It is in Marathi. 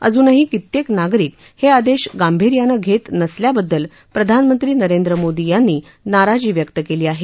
अजूनही कित्येक नागरिक हे आदेश गांभीर्यानं घेत नसल्याबद्दल प्रधानमंत्री नरेद्र मोदी यांनी नाराजी व्यक्त केली आहे